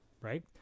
right